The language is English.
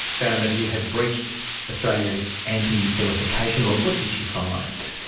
found that he had breached australia's anti-vilification laws what did she find?